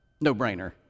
No-brainer